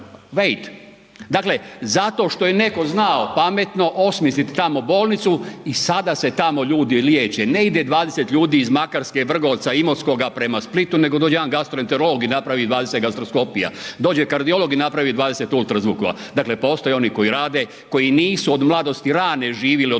Dakle, zato što je netko znao pametno osmislit tamo bolnicu i sada se tamo ljudi liječe, ne ide 20 ljudi iz Makarske, Vrgorca i Imotskoga prema Splitu, nego dođe jedan gastroenterolog i napravi 20 gastroskopija, dođe kardiolog i napravi 20 ultrazvukova, dakle postoje oni koji rade, koji nisu od mladosti rane živili od politike,